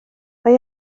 mae